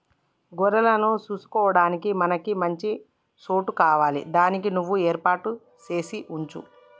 గొర్రెలను సూసుకొడానికి మనకి మంచి సోటు కావాలి దానికి నువ్వు ఏర్పాటు సేసి వుంచు